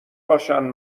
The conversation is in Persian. باشن